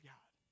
God